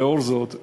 לאור זאת,